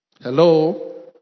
Hello